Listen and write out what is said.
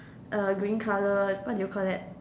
uh green colour what do you call that